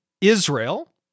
Israel